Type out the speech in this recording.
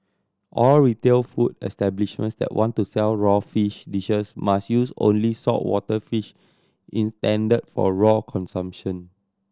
all retail food establishments that want to sell raw fish dishes must use only saltwater fish intended for raw consumption